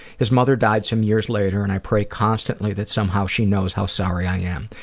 his mother died some years later and i pray constantly that somehow she knows how sorry i am.